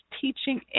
teaching